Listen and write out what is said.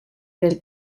del